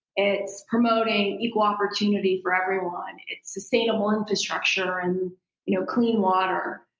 it's promoting equal opportunity for everyone, it's sustainable infrastructure and you know clean water.